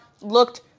looked